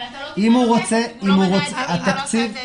אתה לא תשלם לו אם הוא לא עושה את זה אצלך.